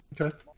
Okay